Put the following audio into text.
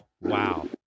Wow